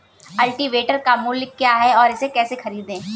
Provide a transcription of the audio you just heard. Cultivator का मूल्य क्या है और इसे कैसे खरीदें?